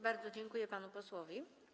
Bardzo dziękuję panu posłowi.